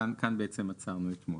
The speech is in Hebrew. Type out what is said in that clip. כאן בעצם עצרנו אתמול.